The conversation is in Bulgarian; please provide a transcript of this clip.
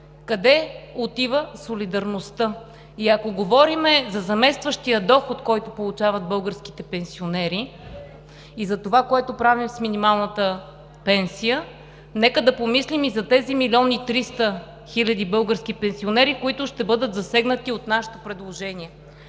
къде отива солидарността, и ако говорим за заместващия доход, който получават българските пенсионери и за това, което правим с минималната пенсия, нека да помислим и за тези милион и 300 хиляди български пенсионери, които ще бъдат засегнати от нашето предложение.